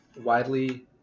widely